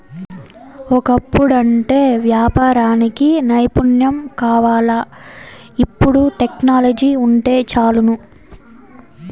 ఒకప్పుడంటే యాపారానికి నైపుణ్యం కావాల్ల, ఇపుడు టెక్నాలజీ వుంటే చాలును